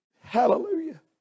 hallelujah